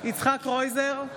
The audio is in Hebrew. יצחק קרויזר,